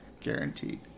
Guaranteed